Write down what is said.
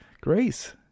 Grace